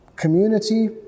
Community